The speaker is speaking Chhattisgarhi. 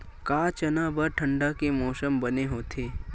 का चना बर ठंडा के मौसम बने होथे?